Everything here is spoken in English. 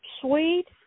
Sweet